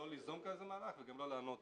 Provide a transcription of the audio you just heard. לא ליזום כזה מהלך וגם לא לענות.